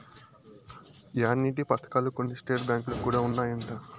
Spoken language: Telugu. యాన్యుటీ పథకాలు కొన్ని స్టేట్ బ్యాంకులో కూడా ఉన్నాయంట